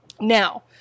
Now